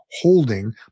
holding